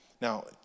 Now